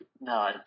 No